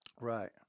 right